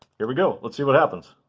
here we go, let's see what happens.